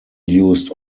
used